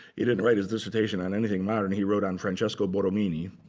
he didn't write his dissertation on anything modern. he wrote on francesco borromini,